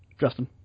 Justin